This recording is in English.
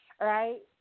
right